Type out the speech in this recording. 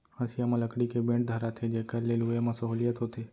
हँसिया म लकड़ी के बेंट धराथें जेकर ले लुए म सहोंलियत होथे